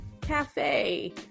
cafe